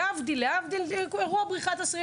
וזה להבדיל מהאירוע של בריחת האסירים